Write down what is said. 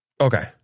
Okay